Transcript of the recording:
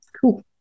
Cool